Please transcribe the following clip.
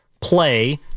play